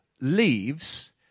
leaves